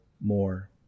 more